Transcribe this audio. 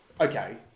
okay